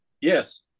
Yes